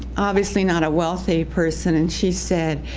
obviously not a wealthy person, and she said,